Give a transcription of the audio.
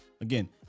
again